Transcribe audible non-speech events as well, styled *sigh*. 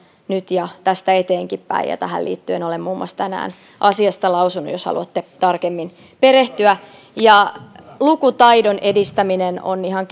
nyt ja tästä eteenkinpäin tähän liittyen olen muun muassa tänään asiasta lausunut jos haluatte tarkemmin perehtyä lukutaidon edistäminen on ihan *unintelligible*